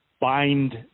bind